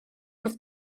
wrth